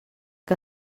que